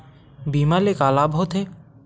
बीमा ले का लाभ होथे?